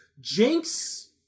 Jinx